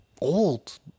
old